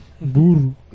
burro